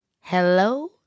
Hello